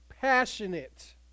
passionate